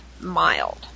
mild